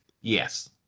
Yes